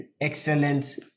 excellent